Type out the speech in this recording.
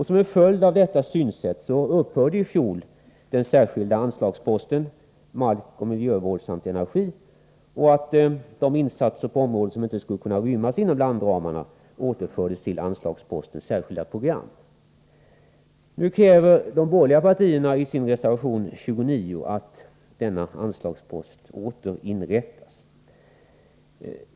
Som en följd av detta synsätt upphörde i fjol den särskilda anslagsposten Miljöoch markvård samt energi, och de insatser på området som inte skulle rymmas inom landramarna återfördes till anslagsposten Särskilda program. Nu kräver de borgerliga partierna i reservation nr 29 att denna anslagspost åter inrättas.